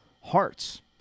hearts